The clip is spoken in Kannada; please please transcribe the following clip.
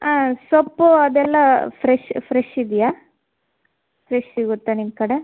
ಹಾಂ ಸೊಪ್ಪು ಅದೆಲ್ಲ ಫ್ರೆಶ್ ಫ್ರೆಶ್ ಇದೆಯಾ ಫ್ರೆಶ್ ಸಿಗುತ್ತಾ ನಿಮ್ಮ ಕಡೆ